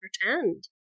pretend